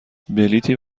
بلیطی